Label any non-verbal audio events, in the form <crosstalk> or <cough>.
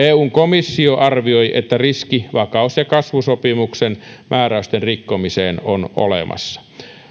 <unintelligible> eun komissio arvioi että riski vakaus ja kasvusopimuksen määräysten rikkomiseen on olemassa